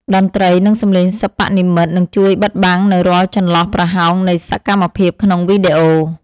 តន្ត្រី និង សម្លេងសិប្បនិម្មិតនឹងជួយបិទបាំងនូវរាល់ចន្លោះប្រហោងនៃសកម្មភាពក្នុងវីដេអូ។